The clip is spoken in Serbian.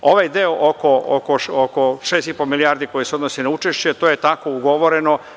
Ovaj deo od 6,5 milijardi koje se odnose na učešće je tako ugovoreno.